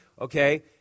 okay